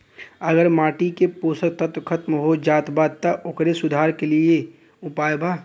अगर माटी के पोषक तत्व खत्म हो जात बा त ओकरे सुधार के लिए का उपाय बा?